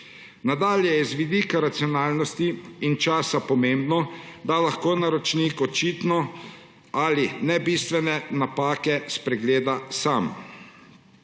Nadalje je z vidika racionalnosti in časa pomembno, da lahko naročnik očitne ali nebistvene napake spregleda sam.